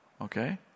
Okay